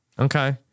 Okay